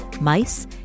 mice